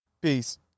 Peace